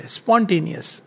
spontaneous